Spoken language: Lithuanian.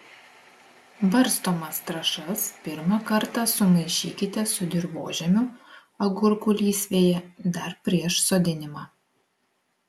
barstomas trąšas pirmą kartą sumaišykite su dirvožemiu agurkų lysvėje dar prieš sodinimą